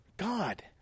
God